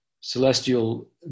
celestial